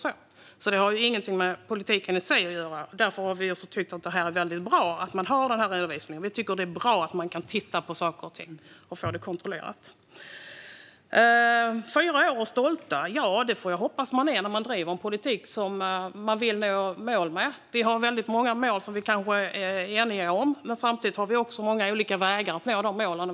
Detta har alltså inget med politiken i sig att göra, och därför har vi tyckt att det är väldigt bra att man har denna redovisning och kan titta på saker och ting och få dem kontrollerade. Efter fyra år är ni stolta. Ja, det får jag hoppas att man är när man driver en politik för att nå mål. Vi har många mål som vi är eniga om, men samtidigt har vi många olika vägar att nå de målen.